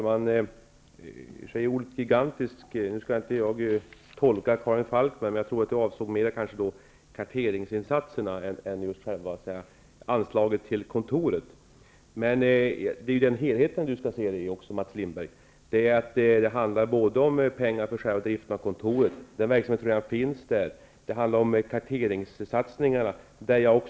Herr talman! Jag skall inte tolka Karin Falkmer, men jag tror att ordet ''gigantisk'' mera avsåg karteringsinsatserna än själva anslaget till kontoret. Mats Lindberg, man måste se det här i sin helhet. Det handlar om pengar för själva driften av kontoret och den verksamhet som redan finns där, och det handlar om karteringssatsningarna.